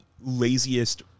laziest